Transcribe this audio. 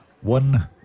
one